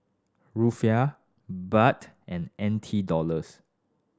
Rufiyaa Baht and N T Dollars